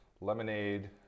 lemonade